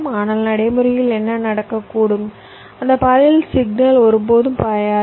ஆனால் நடைமுறையில் என்ன நடக்கக்கூடும் அந்த பாதையில் சிக்னல் ஒருபோதும் பாயாது